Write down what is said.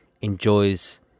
enjoys